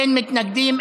אין מתנגדים,